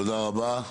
תודה רבה.